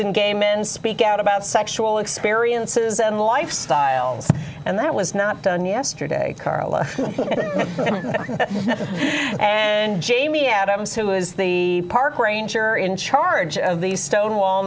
and gay men speak out about sexual experiences and lifestyles and that was not done yesterday karla and jamie adams who is the park ranger in charge of the stonewall